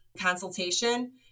consultation